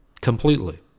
completely